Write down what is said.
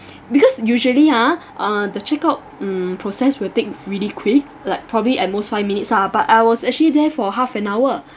because usually ah uh the checkout mm process will take really quick like probably at most five minutes ah but I was actually there for half an hour